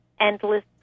Endless